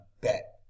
Bet